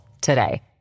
today